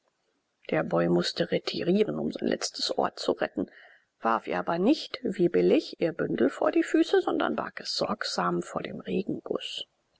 der boy mußte retirieren um sein letztes ohr zu retten warf ihr aber nicht wie billig ihr bündel vor die füße sondern barg es sorgsam vor dem regenguß